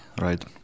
right